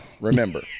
remember